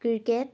cricket